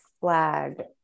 flag